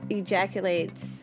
ejaculates